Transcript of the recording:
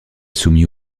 soumis